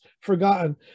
forgotten